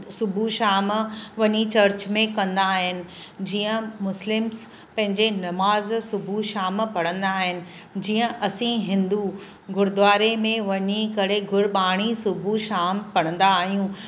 सुबुहु शाम वञी चर्च में कंदा आहिनि जीअं मुस्लिम्स पंहिंजे नमाज़ सुबुहु शाम पढ़ंदा आहिनि जीअं असीं हिंदू गुरुद्वारे में वञी करे सुबुहु शाम पढ़ंदा आहियूं